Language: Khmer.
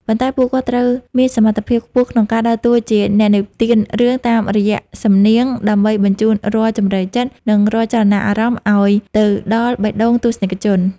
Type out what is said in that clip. ប៉ុន្តែពួកគាត់ត្រូវមានសមត្ថភាពខ្ពស់ក្នុងការដើរតួជា អ្នកនិទានរឿងតាមរយៈសំនៀង ដើម្បីបញ្ជូនរាល់ជម្រៅចិត្ត និងរាល់ចលនាអារម្មណ៍ឱ្យទៅដល់បេះដូងទស្សនិកជន។